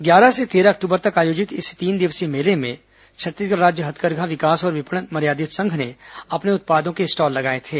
ग्यारह से तेरह अक्टूबर तक आयोजित इस तीन दिवसीय मेले में छत्तीसगढ़ राज्य हाथकरघा विकास और विपणन मर्यादित संघ ने अपने उत्पादों के स्टॉल लगाए थे